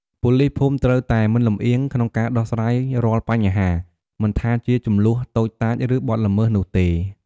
ប៉ូលីសភូមិត្រូវតែ មិនលម្អៀង ក្នុងការដោះស្រាយរាល់បញ្ហា មិនថាជាជម្លោះតូចតាច ឬបទល្មើសនោះទេ។